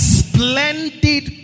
splendid